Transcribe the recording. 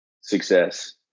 success